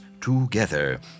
together